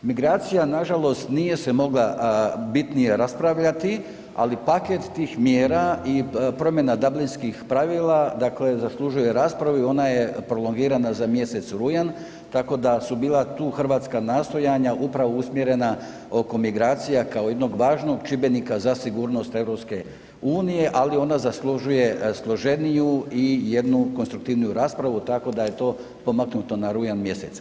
Migracija nažalost nije se mogla bitnije raspravljati, ali paket tih mjera i promjena Dublinskih pravila dakle zaslužuje raspravu i ona je prolongirana za mjesec rujan tako da su bila tu Hrvatska nastojanja upravo usmjerena oko migracija kao jednog važnog čimbenika za sigurnost Europske unije ali ona zaslužuje složeniju i jednu konstruktivniju raspravu tako da je to pomaknuto na rujan mjesec.